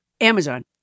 Amazon